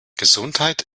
gesundheit